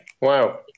Wow